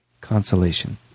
consolation